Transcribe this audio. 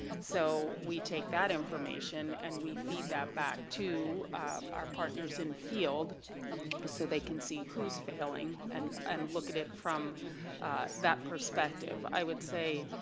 so we take that information, and we feed that back to our partners in field so they can see who's failing and and look at it from that perspective. i would say,